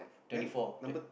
twenty four twen~